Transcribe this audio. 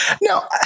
No